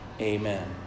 Amen